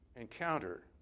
encounter